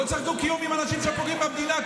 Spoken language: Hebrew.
לא צריך דו-קיום עם אנשים שפוגעים במדינה,